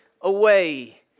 away